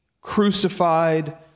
crucified